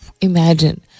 imagine